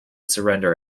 surrender